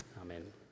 Amen